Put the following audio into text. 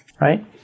right